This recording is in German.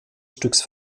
stücks